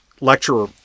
lecturer